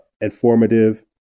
informative